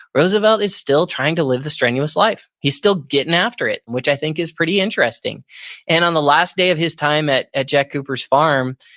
roosevelt is still trying to live the strenuous life. he's still getting after it, which i think is pretty interesting and on the last day of his time at at jack cooper's farm,